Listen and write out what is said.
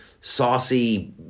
saucy